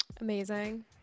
Amazing